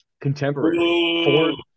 Contemporary